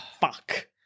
fuck